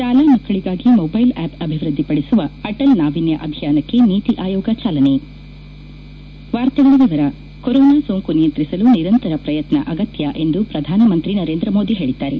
ಶಾಲಾ ಮಕ್ಕಳಿಗಾಗಿ mobile app ಅಭಿವೃದ್ದಿಪಡಿಸುವ ಅಟಲ್ ನಾವಿನ್ಯ ಅಭಿಯಾನಕ್ಕೆ ನೀತಿ ಆಯೋಗ ಚಾಲನೆ ಕೊರೊನಾ ಸೋಂಕು ನಿಯಂತ್ರಿಸಲು ನಿರಂತರ ಪ್ರಯತ್ನ ಅಗತ್ಯ ಎಂದು ಪ್ರಧಾನಮಂತ್ರಿ ನರೇಂದ್ರ ಮೋದಿ ಹೇಳಿದ್ದಾರೆ